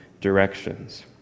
directions